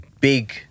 big